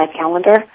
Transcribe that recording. calendar